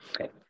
Okay